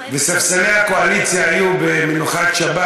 בספסלי הקואליציה היו במנוחת שבת,